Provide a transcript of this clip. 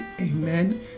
Amen